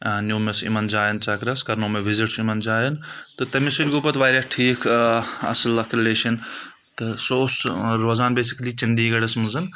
نِیوٗ مےٚ سہُ یِمَن جایَن چکرَس کَرنو مےٚ وِزِٹ چھُ یِمَن جایَن تہٕ تٔمِس سۭتۍ گوٚو پتہٕ واریاہ ٹھیٖک اصٕل اکھ رِلَیشَن تہٕ سُہ اوس روزان بیسِکَلِی چَنٛدِی گَڑس منٛز